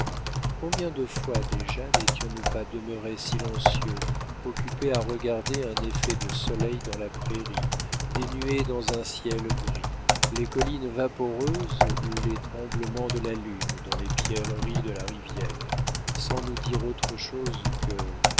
combien de fois déjà nétions nous pas demeurés silencieux occupés à regarder un effet de soleil dans la prairie des nuées dans un ciel gris les collines vaporeuses ou les tremblements de la lune dans les pierreries de la rivière sans nous dire autre chose que